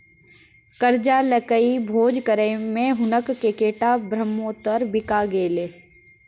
करजा लकए भोज करय मे हुनक कैकटा ब्रहमोत्तर बिका गेलै